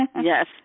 Yes